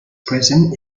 presence